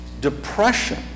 depression